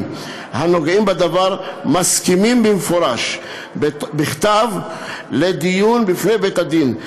הנוגעים בדבר מסכימים במפורש בכתב לדיון בפני בית-הדין.